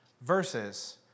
versus